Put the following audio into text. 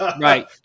Right